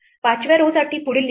5 व्या row साठी पुढील निवड